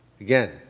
Again